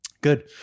good